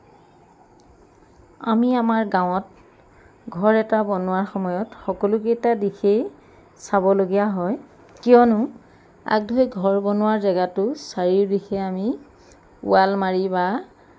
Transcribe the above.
আমি আমাৰ গাঁৱত ঘৰ এটা বনোৱাৰ সময়ত সকলোকেইটা দিশেই চাবলগীয়া হয় কিয়নো আগধৰি ঘৰ বনোৱাৰ জেগাটো চাৰিওদিশে আমি ৱাল মাৰি বা